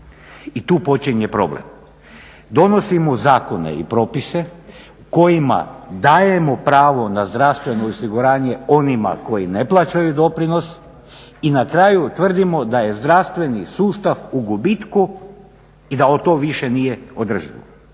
I tu počinje problem. Donosimo zakone i propise kojima dajemo pravo na zdravstveno osiguranje onima koji ne plaćaju doprinos i na kraju tvrdimo da je zdravstveni sustav u gubitku i da to više nije održivo.